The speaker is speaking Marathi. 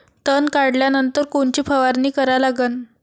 तन काढल्यानंतर कोनची फवारणी करा लागन?